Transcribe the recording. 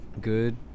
good